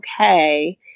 okay